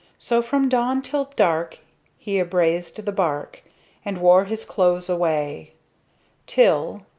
so from dawn till dark he abrazed the bark and wore his clothes away till,